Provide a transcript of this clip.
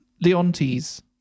Leontes